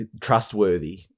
trustworthy